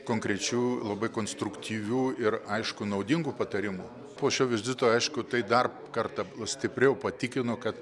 konkrečių labai konstruktyvių ir aišku naudingų patarimų po šio vizito aišku tai dar kartą stipriau patikino kad